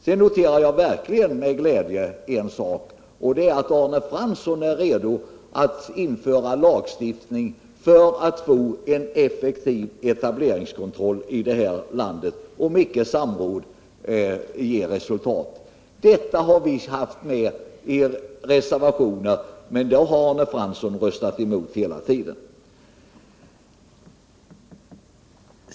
Sedan noterar jag verkligen med glädje att Arne Fransson är redo att införa lagstiftning för att få en effektiv etableringskontroll, om samråd inte ger resultat. Detta har vi haft med i våra reservationer, men då har Arne Fransson röstat emot hela tiden.